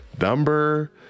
number